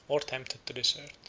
or tempted to desert.